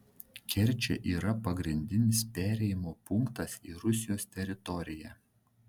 kerčė yra pagrindinis perėjimo punktas į rusijos teritoriją